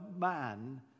man